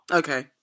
okay